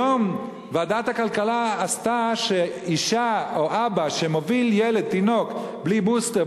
היום ועדת הכלכלה קבעה שאשה או אבא שמוביל ילד או תינוק בלי בוסטר,